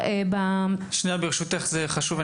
שניה ברשותך זה חשוב.